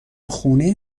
خونه